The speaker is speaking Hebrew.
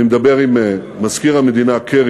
אני מדבר עם מזכיר המדינה קרי